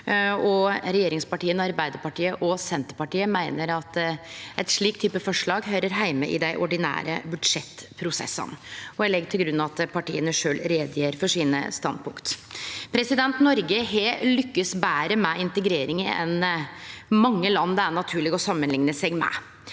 Regjeringspartia, Arbeidarpartiet og Senterpartiet, meiner at eit slikt forslag høyrer heime i dei ordinære budsjettprosessane. Eg legg til grunn at partia sjølve gjer greie for sine standpunkt. Noreg har lykkast betre med integreringa enn mange land det er naturleg å samanlikne seg med.